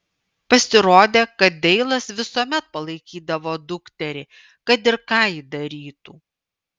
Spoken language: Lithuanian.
pasirodė kad deilas visuomet palaikydavo dukterį kad ir ką ji darytų